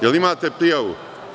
Da li imate prijavu?